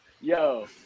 yo